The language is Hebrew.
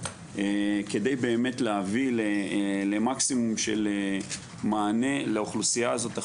כדי באמת להביא למקסימום של מענה לאוכלוסייה הזאת,